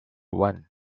one